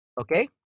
Okay